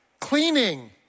cleaning